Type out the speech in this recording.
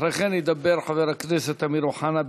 אחרי כן ידבר חבר הכנסת אמיר אוחנה,